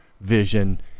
vision